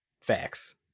Facts